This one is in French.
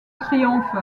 triomphe